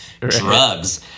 drugs